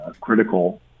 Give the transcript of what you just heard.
critical